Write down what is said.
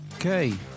Okay